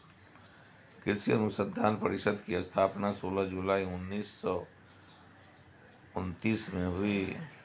कृषि अनुसंधान परिषद की स्थापना सोलह जुलाई उन्नीस सौ उनत्तीस में हुई